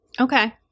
Okay